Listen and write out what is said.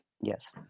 Yes